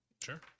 sure